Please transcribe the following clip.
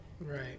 Right